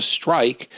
strike